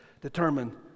determine